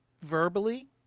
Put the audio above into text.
verbally